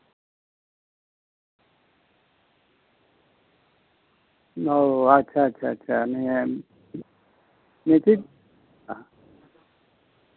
ᱚ ᱟᱪᱪᱷᱟ ᱟᱪᱪᱷᱟ ᱟᱪᱪᱷᱟ ᱢᱟᱱᱮ ᱮᱠᱥᱤᱰᱮᱱᱴ ᱠᱟᱫᱟ